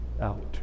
out